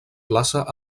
plaça